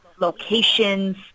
locations